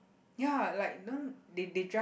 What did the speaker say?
ya like the one they they drive